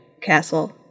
castle